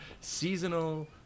seasonal